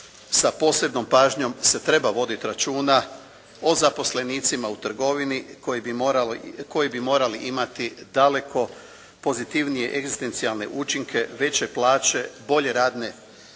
sa posebnom pažnjom se treba voditi računa o zaposlenicima u trgovini koji bi morali imati daleko pozitivnije egzistencijalne učinke, veće plaće, bolje radne